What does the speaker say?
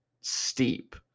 steep